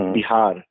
Bihar